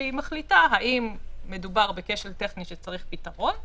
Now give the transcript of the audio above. כשהיא מחליטה האם מדובר בכשל טכני שצריך פתרון,